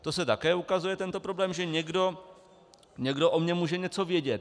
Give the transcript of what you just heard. To se také ukazuje, tento problém, že někdo o mně může něco vědět.